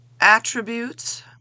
attributes